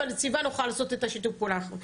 הנציבה נוכל לעשות את השיתוף פעולה הנכון.